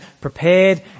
prepared